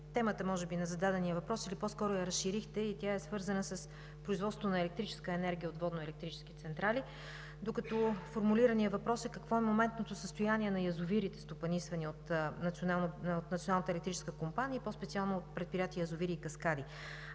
темата може би на зададения въпрос, или по-скоро я разширихте. Тя е свързана с производството на електрическа енергия от водноелектрически централи, докато формулираният въпрос е: какво е моментното състояние на язовирите, стопанисвани от Националната електрическа компания, и по-специално от предприятие „Язовири и каскади“?